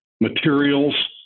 materials